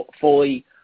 fully